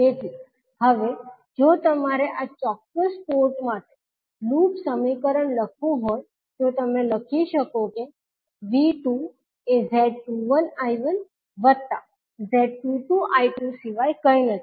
તેથી હવે જો તમારે આ ચોક્ક્સ પોર્ટ માટે લૂપ સમીકરણ લખવું હોય તો તમે લખી શકો કે V2 એ Z21I1 વત્તા Z22I2 સિવાય કંઈ નથી